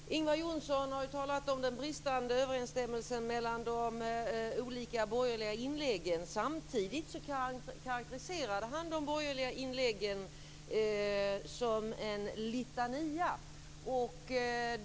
Fru talman! Ingvar Johnsson har talat om den bristande överensstämmelsen mellan de olika borgerliga inläggen. Samtidigt karakteriserade han de borgerliga inläggen som en litania.